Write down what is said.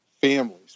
families